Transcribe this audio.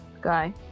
guy